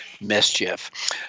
Mischief